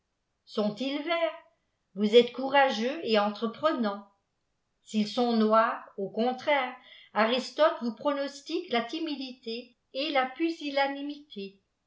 sont-ils verts vous êtes courageux et wtreprenant ils sont noirs au contraire aristote vous pronostique la timidité et la pusillanimité